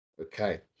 Okay